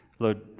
Lord